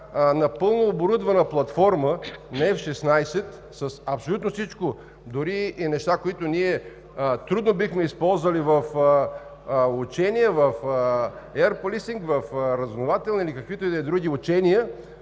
напълно оборудвана платформа на F-16, с абсолютно всичко, дори и неща, които ние трудно бихме използвали в учения, в еър полисинг, в разузнавателни или каквито и да е други учения,